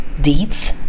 deeds